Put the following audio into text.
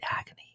agony